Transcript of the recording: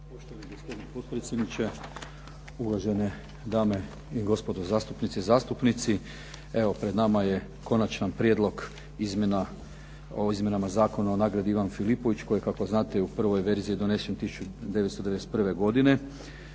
Potpredsjedniče, uvažene dame i gospodo zastupnice i zastupnici. Evo pred nama je Konačan prijedlog o izmjenama Zakona o "Nagradi Ivan Filipović" koji je, kako znate, u prvoj verziji 1991. godine.